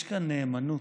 יש כאן נאמנות.